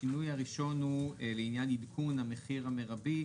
שינוי הראשון - לעניין עדכון המחיר המרבי.